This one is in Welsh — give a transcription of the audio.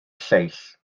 lleill